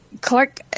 Clark